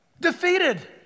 defeated